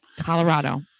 Colorado